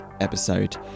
episode